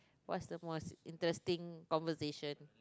what's the most interesting conversation